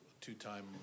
two-time